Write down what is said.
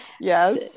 Yes